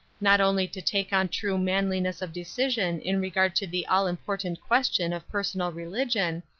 not only to take on true manliness of decision in regard to the all important question of personal religion,